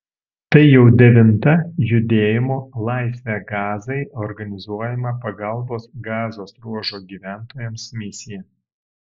tai jau devinta judėjimo laisvę gazai organizuojama pagalbos gazos ruožo gyventojams misija